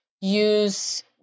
use